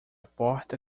porta